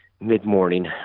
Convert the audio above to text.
mid-morning